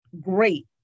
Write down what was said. great